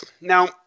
Now